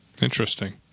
Interesting